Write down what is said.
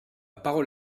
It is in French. parole